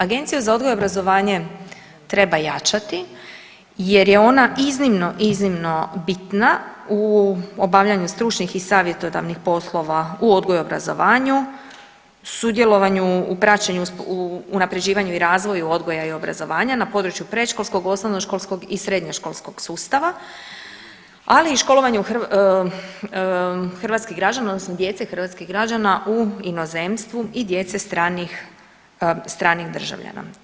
Agenciju za odgoj i obrazovanje treba jačati jer je ona iznimno iznimno bitna u obavljanju stručnih i savjetodavnih poslova u odgoju i obrazovanju, sudjelovanju u praćenju, unaprjeđivanju i razvoju odgoja i obrazovanja na području predškolskog, osnovnoškolskog i srednjoškolskog sustava, ali i školovanje hrvatskih građana odnosno djece hrvatskih građana u inozemstvu i djece stranih, stranih državljana.